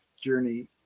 journey